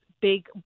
big